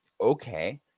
okay